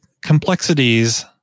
complexities